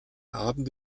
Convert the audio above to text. abend